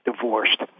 divorced